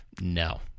no